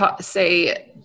say